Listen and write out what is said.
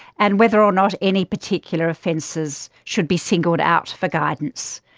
and whether or not any particular offences should be singled out for guidance.